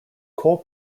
cole